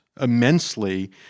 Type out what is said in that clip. immensely